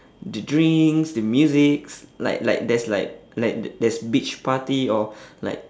the drinks the musics like like there's like like th~ there's beach party or like